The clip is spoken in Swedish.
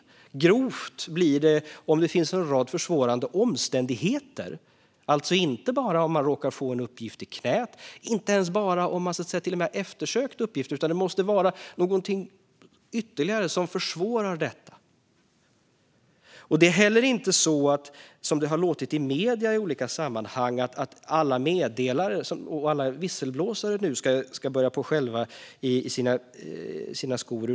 Grovt blir det om det finns en rad försvårande omständigheter, alltså inte bara om man råkar får en uppgift i knät, inte ens om man till och med har eftersökt uppgiften. Det måste vara någonting ytterligare som försvårar detta. Det är heller inte så som det har låtit i medierna i olika sammanhang att alla meddelare och alla visselblåsare nu ska börja skälva i sina skor.